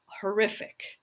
horrific